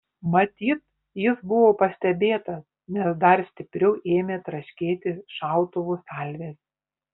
matyt jis buvo pastebėtas nes dar stipriau ėmė traškėti šautuvų salvės